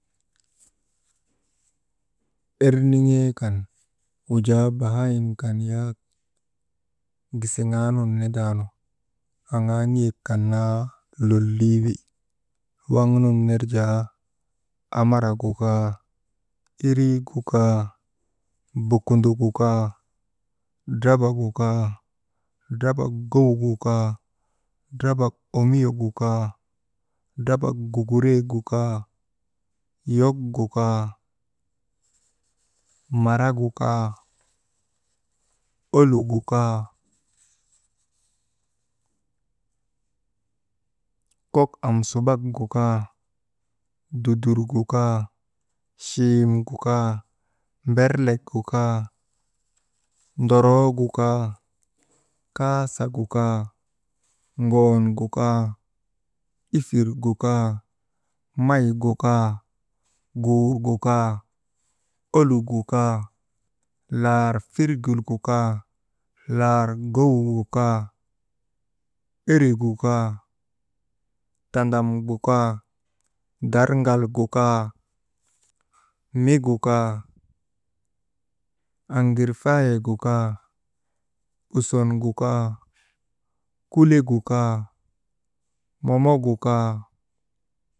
Erniŋee kan wujaa bahaayim kan yak gisiŋaa nun nindaanu aŋaa niyek kan naa lolii wi, waŋ nun ner jaa amaragu kaa, iriigu kaa, bokundok gu kaa, drbagu kaa, drabak gowugu kaa, drabak omuyo gu kaa, drabak gugureegu kaa, yok gu kaa marak gu kaa, oluk gu kaa kok amsubak gu kaa, dudur gu kaa, chim gu kaa mberlek gu kaa, ndoroo gu kaa, kaasagu kaa, ŋoon gu kaa, ifir gu kaa may gu kaa guur gu kaa, oluk gu kaa laar firgil gu kaa, laar gowuk gu kaa, erik gu kaa, tadam gu kaa, darŋal gu kaa mik gu kaa, aŋirfaayek gu kaa, usom gu kaa, kulek gu kaa, momok gu kaa.